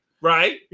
Right